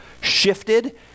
shifted